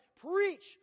preach